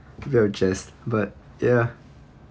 will adjust but ya